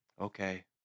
okay